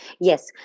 Yes